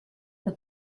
the